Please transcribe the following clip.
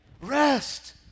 Rest